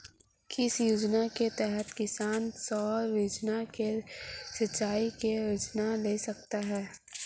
किस योजना के तहत किसान सौर ऊर्जा से सिंचाई के उपकरण ले सकता है?